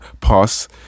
pass